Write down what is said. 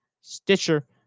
Stitcher